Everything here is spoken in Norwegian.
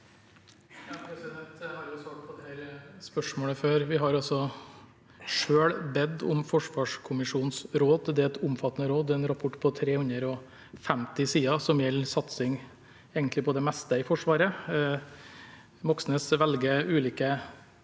Gram Jeg har jo svart på dette spørsmålet før. Vi har altså selv bedt om forsvarskommisjonens råd, og det er et omfattende råd, det er en rapport på 350 sider, som gjelder satsing på egentlig det meste i Forsvaret. Moxnes velger ulike